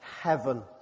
heaven